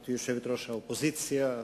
גברתי יושבת-ראש האופוזיציה,